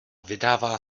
vydává